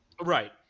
Right